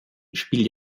spielt